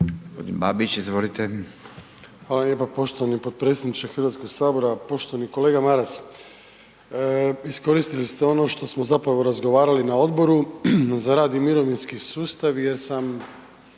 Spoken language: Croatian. Hvala lijepa poštovani potpredsjedniče HS. Poštovani kolega Maras, iskoristili ste ono što smo zapravo razgovarali na Odboru za rad i mirovinski sustav jer sam